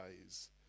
days